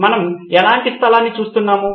మనము ఎలాంటి స్థలాన్ని చూస్తున్నాము